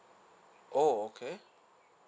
oh okay